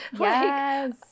yes